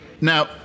Now